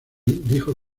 dijo